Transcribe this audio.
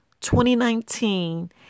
2019